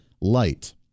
Light